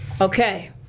Okay